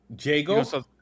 Jago